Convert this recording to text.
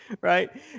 right